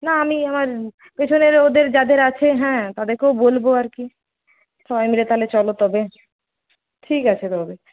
না আমি আমার পেছনের ওদের যাদের আছে হ্যাঁ তাদেরকেও বলব আর কি সবাই মিলে তাহলে চলো তবে ঠিক আছে তবে